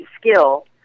skill